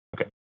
okay